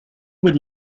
would